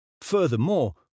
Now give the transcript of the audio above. Furthermore